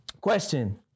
Question